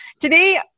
Today